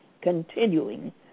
continuing